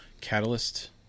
Catalyst